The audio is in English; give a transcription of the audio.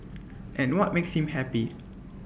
and what makes him happy